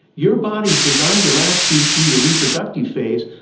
your body is designed to last you through your reproductive phase,